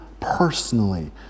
personally